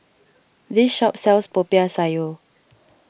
this shop sells Popiah Sayur